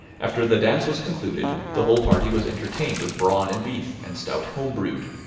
after the dance was concluded, the whole party was entertained with brawn and beef, and stout home-brewed.